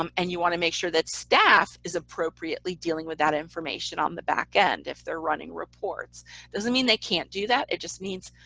um and you want to make sure that staff is appropriately dealing with that information on the back end, if they're running reports. it doesn't mean they can't do that, it just means,